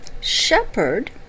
shepherd